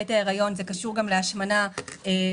בעת ההריון זה קשור גם להשמנה בתינוקות,